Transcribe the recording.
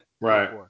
Right